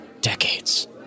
decades